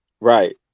Right